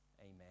Amen